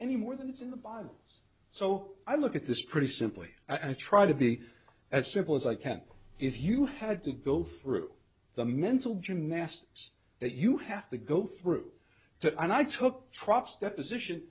anymore than it is in the body so i look at this pretty simply and try to be as simple as i can if you had to go through the mental gymnastics that you have to go through to and i took trops deposition